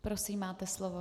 Prosím, máte slovo.